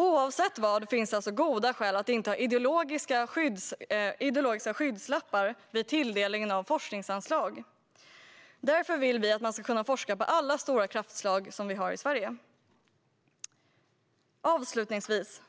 I vilket fall som helst finns det alltså goda skäl att inte ha ideologiska skygglappar vid tilldelningen av forskningsanslag. Därför vill vi att man ska kunna forska på alla stora kraftslag vi har i Sverige. Avslutningsvis